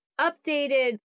updated